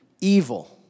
Evil